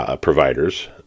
providers